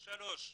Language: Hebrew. דבר שלישי,